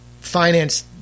finance